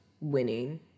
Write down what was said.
winning